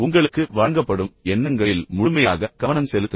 உங்களுக்கு வழங்கப்படும் எண்ணங்களில் முழுமையாக கவனம் செலுத்துங்கள்